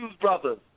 brothers